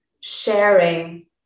Sharing